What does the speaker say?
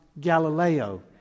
Galileo